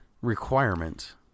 requirement